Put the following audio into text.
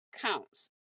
counts